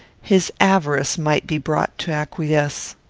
his avarice might be brought to acquiesce.